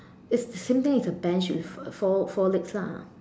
it's the same thing it's a bench with four four legs lah